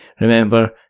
Remember